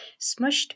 Smushed